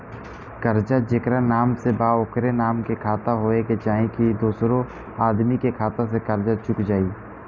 कर्जा जेकरा नाम से बा ओकरे नाम के खाता होए के चाही की दोस्रो आदमी के खाता से कर्जा चुक जाइ?